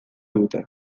dute